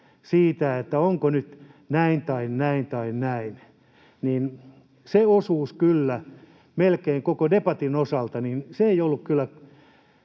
siitä, että onko nyt näin tai näin tai näin — se osuus melkein koko debatin osalta ei kyllä